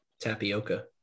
Tapioca